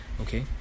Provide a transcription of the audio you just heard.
okay